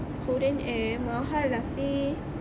korean air mahal lah seh